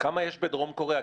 כמה יש בדרום קוריאה?